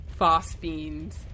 phosphines